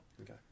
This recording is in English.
Okay